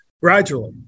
gradually